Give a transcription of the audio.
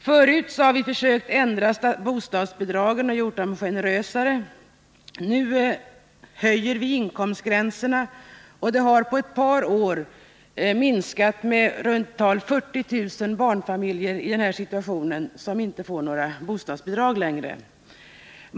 Vi har tidigare ändrat bostadsbidragen och gjort dem generösare. Nu höjer viinkomstgränserna. Det har på ett par år minskat det antal barnfamiljer som får bostadsbidrag med i runt tal 40 000.